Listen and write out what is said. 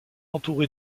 entouré